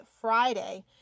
Friday